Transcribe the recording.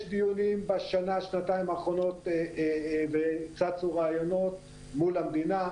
יש דיונים בשנה-שנתיים האחרונות וצצו רעיונות מול המדינה,